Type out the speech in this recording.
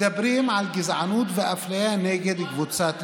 מדברים על גזענות ואפליה נגד קבוצת לאום.